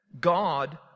God